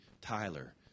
Tyler